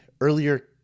earlier